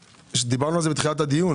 דיברנו על זה בתחילת הדיון